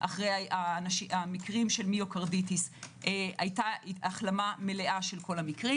אחרי המקרים של מיוקרדיטיס היתה החלמה מהירה של כל המקרים.